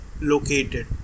located